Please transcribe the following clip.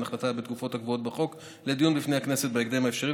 החלטה בתקופות הקבועות בחוק לדיון בפני הכנסת בהקדם האפשרי,